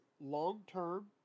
long-term